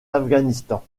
afghanistan